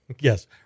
Yes